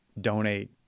donate